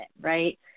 right